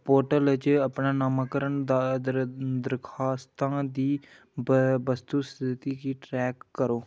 portal च अपना नामाकरण दा दर दरखास्तां दी व वस्तु स्थिति गी ट्रैक करो